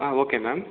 ah okay ma'am